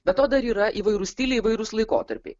be to dar yra įvairūs stiliai įvairūs laikotarpiai